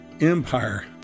Empire